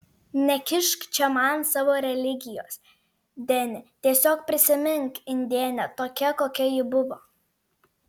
nekišk čia man savo religijos deni tiesiog prisimink indėnę tokią kokia ji buvo